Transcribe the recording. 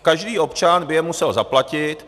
Každý občan by je musel zaplatit.